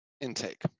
intake